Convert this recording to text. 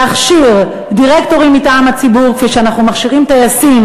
להכשיר דירקטורים מטעם הציבור כפי שאנחנו מכשירים טייסים,